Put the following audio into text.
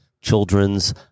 children's